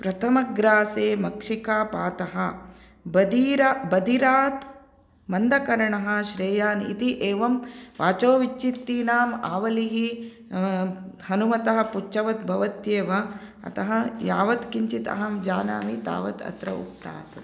प्रथमग्रासे मक्षिकापातः बदीर बदिरात् मन्दकर्णः श्रेयान् इति एवं वाचोविच्छित्तीनाम् आवलिः हनुमतः पुच्छवत् भवत्येव अतः यावत् किञ्चित् अहं जानामि तावत् उक्ताः सन्ति